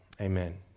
amen